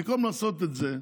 במקום לעשות את זה,